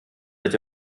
seit